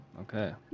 Okay